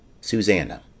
Susanna